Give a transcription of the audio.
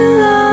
love